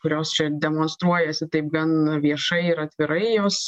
kurios čia demonstruojasi taip gan viešai ir atvirai jos